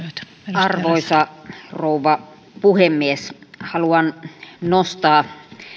arvoisa rouva puhemies haluan nostaa